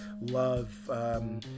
love